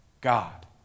God